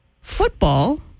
Football